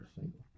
single